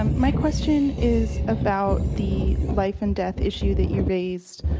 and my question is about the life and death issue that you raised.